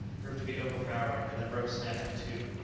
proved to be overpowering, and the rope snapped in two.